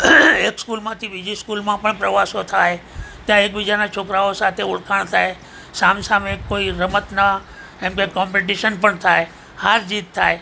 એક સ્કૂલમાંથી બીજી સ્કૂલમાં પણ પ્રવાસો થાય ત્યાં એકબીજાના છોકરાઓ સાથે ઓળખાણ થાય સામ સામે કોઈ રમતનાં એમ કે કોમ્પિટિશન પણ થાય હાર જીત થાય